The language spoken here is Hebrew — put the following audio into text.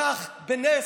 כך, בנס,